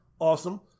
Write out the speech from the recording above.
Awesome